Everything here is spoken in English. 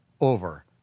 over